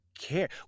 care